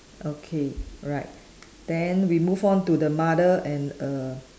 okay alright then we move on to the mother and err